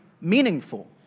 meaningful